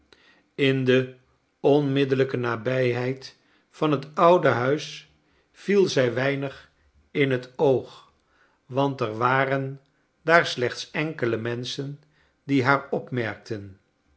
in de onmiddellijke nabijheid van het oude huis viel zij weinig in het oog want er waren daar slechts enkele menschen die liaar opmerkten